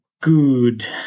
good